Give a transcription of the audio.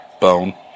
Bone